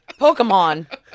Pokemon